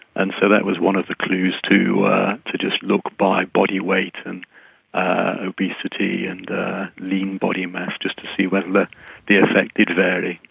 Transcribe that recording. and so that was one of the clues to to just look by body weight and ah obesity and lean body mass, just to see whether the the effect did vary.